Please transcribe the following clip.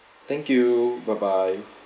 thank you bye bye